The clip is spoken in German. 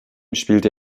spielte